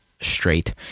straight